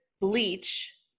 bleach